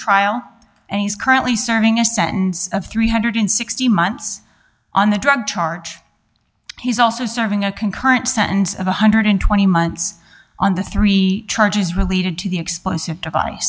trial and he's currently serving a sentence of three hundred and sixty months on the drug charge he's also serving a concurrent sentences of one hundred and twenty months on the three charges related to the explosive device